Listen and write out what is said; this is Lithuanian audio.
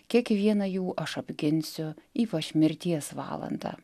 kiekvieną jų aš apginsiu ypač mirties valandą